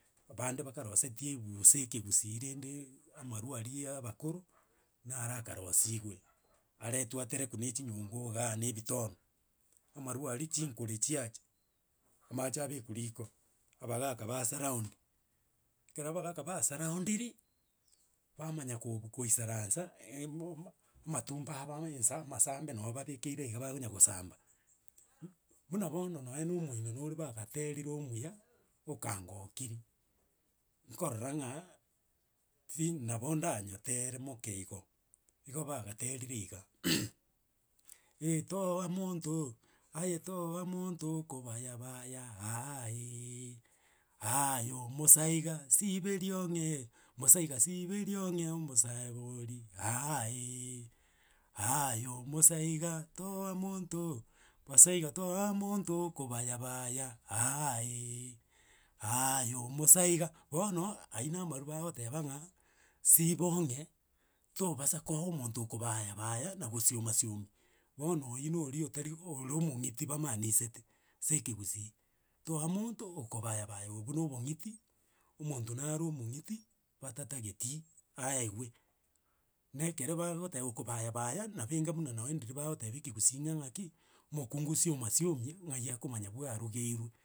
Abande bakarosetie ebusa ekegusii rende amarwa aria ya abakoro, nara akarosiriwe, aretwa aterekwa na chinyongo igaa na ebitono. Amarwa aria chinkore chiacha, amache abekwa riko, abagaka basorround. Ekero abagaka basorroundiri, bamanya kobu koisaransa, e- moma amatumbo aba ensa, amasambe nabo babekeire iga bakonya gosamba. Buna bono nonye na omogino nore bagaterire omuya okangokirie, nkorora ng'aa, ti nabo ndanyotere moke igo, igo bagaterire iga etoa monto, aye toa monto kobayabaya aaaaeee, aye omosaiga siberia ong'ee omosaiga siberia ong'ee omosaiga oria, aaaeee, aaaye omosaiga, toa monto, basaiga toa omonto okobayabaya, aaaeee, aaaye omosaiga, bono aywo na amarwa bagoteba ng'a, siba ong'e, tobasa koa omonto okobayabaya na gosioma siomi. Bono oywo nori otari ore omong'iti bamaanisete, ase ekegusii, toa monto okobayabaya obwo na obong'iti, omonto naro omong'iti, batatageti, aewe. Na ekere bagoteba okobayabaya, nabo enga buna nonye ndiri bagoteba ekegusii ng'a ng'aki, omokungu siomasiomia ng'ai akomanya bwarugeirwe.